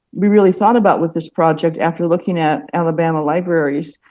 we really thought about with this project after looking at alabama libraries,